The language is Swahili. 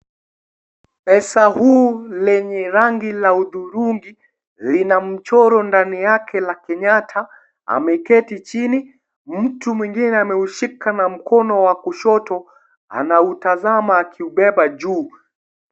Pesa huu lenye rangi la udhurungi, lina mchoro ndani yake la Kenyatta, ameketi chini. Mtu mwingine ameushika kwa mkono wa kushoto, anautazama akipepa juu.